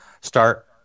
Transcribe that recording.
start